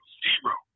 zero